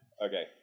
Okay